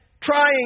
Trying